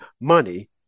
money